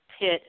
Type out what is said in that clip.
pit